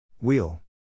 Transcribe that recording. Wheel